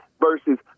versus